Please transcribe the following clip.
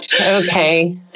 Okay